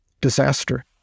disaster